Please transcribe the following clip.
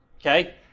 Okay